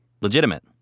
legitimate